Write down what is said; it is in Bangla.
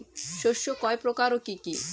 শস্য কয় প্রকার কি কি?